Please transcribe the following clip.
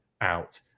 out